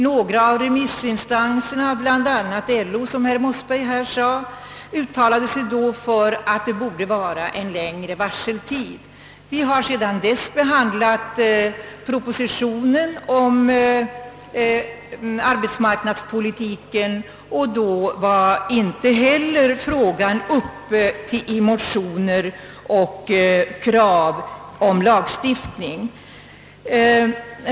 Några remissinstanser, bl.a. LO, uttalade sig då, som herr Mossberg omnämnt, för en längre varseltid. Riksdagen har sedermera behandlat propositionen om arbetsmarknadspolitiken. Den gången väcktes inte några motioner med krav på en särskild lagstiftning.